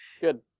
Good